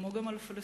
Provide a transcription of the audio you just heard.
כמו גם הפלסטינים,